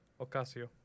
Ocasio